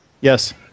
yes